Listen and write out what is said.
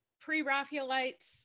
pre-Raphaelites